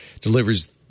delivers